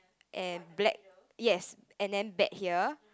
and black yes and then bet here